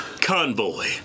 Convoy